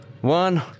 one